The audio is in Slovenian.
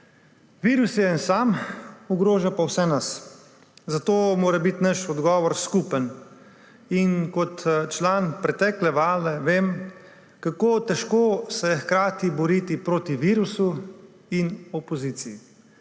Virus je en sam, ogroža pa vse nas. Zato mora biti naš odgovor skupen. Kot član pretekle vlade vem, kako težko se je hkrati boriti proti virusu in opoziciji.